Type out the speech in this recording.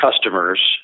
customers